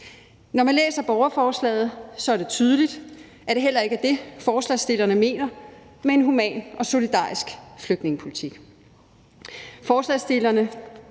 Når man læser borgerforslaget, er det tydeligt, at det heller ikke er det, forslagsstillerne mener med en human og solidarisk flygtningepolitik.